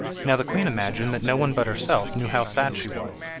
now the queen imagined that no one but herself knew how sad she was,